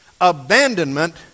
abandonment